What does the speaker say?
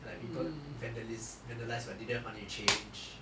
like people vandalise vandalise but didn't have money to change